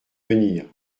venir